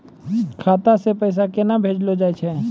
खाता से पैसा केना भेजलो जाय छै?